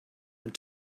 and